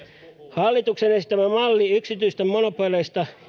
hallituksen esittämä malli yksityisistä monopoleista